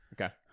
Okay